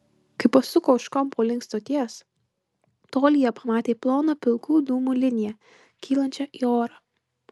kai pasuko už kampo link stoties tolyje pamatė ploną pilkų dūmų liniją kylančią į orą